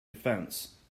defense